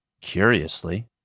Curiously